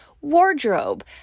wardrobe